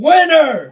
Winner